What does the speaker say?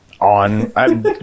On